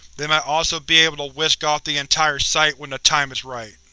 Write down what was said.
they might also be able to whisk off the entire site when the time is right.